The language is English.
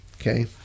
okay